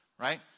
right